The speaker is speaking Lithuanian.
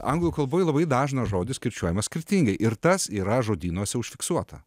anglų kalboj labai dažnas žodis kirčiuojamas skirtingai ir tas yra žodynuose užfiksuota